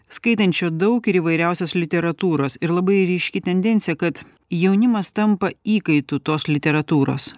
skaitančių daug ir įvairiausios literatūros ir labai ryški tendencija kad jaunimas tampa įkaitu tos literatūros